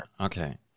okay